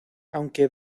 aunque